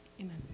amen